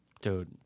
Dude